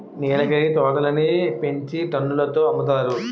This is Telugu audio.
నీలగిరి తోటలని పెంచి టన్నుల తో అమ్ముతారు